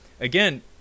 again